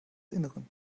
innern